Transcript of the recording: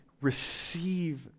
receive